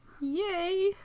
Yay